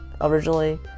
originally